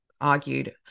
argued